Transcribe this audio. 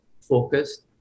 focused